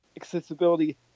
accessibility